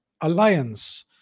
alliance